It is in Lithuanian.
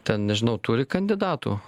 ten nežinau turi kandidatų